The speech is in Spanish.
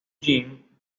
jin